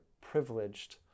privileged